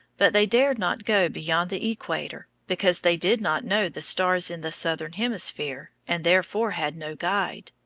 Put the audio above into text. but they dared not go beyond the equator, because they did not know the stars in the southern hemisphere and therefore had no guide.